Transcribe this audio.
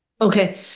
okay